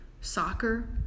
soccer